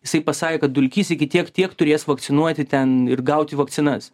jisai pasakė kad dulkys iki tiek tiek turės vakcinuoti ten ir gauti vakcinas